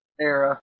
era